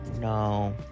no